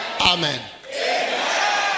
Amen